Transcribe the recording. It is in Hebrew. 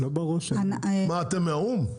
מה, אתם מהאו"ם?